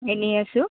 এনেই আছোঁ